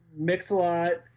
Mixalot